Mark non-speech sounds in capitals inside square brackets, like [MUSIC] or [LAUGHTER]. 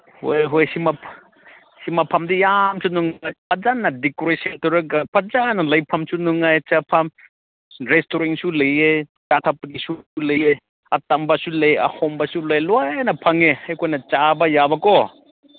ꯍꯣꯏ ꯍꯣꯏ ꯁꯤ ꯁꯤ ꯃꯐꯝꯗꯤ ꯌꯥꯝꯁꯨ ꯅꯨꯡꯉꯥꯏ ꯐꯖꯅ ꯗꯦꯀꯣꯔꯁꯟ ꯇꯧꯔꯒ ꯐꯖꯅ ꯂꯩꯐꯝꯁꯨ ꯅꯨꯡꯉꯥꯏ ꯆꯥꯐꯝ ꯔꯦꯁꯇꯨꯔꯦꯟꯁꯨ ꯂꯩꯑꯦ [UNINTELLIGIBLE] ꯑꯇꯥꯡꯕꯁꯨ ꯂꯩꯑꯦ ꯑꯍꯣꯡꯕꯁꯨ ꯂꯩꯑꯦ ꯂꯣꯏꯅ ꯐꯪꯉꯦ ꯑꯩꯈꯣꯏꯅ ꯆꯥꯕ ꯌꯥꯕ ꯀꯣ